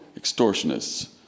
extortionists